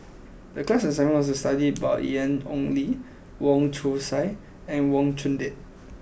the class assignment was to study about Ian Ong Li Wong Chong Sai and Wang Chunde